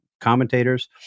commentators